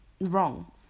wrong